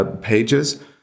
pages